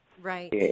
Right